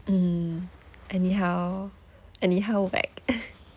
mm anyhow anyhow whack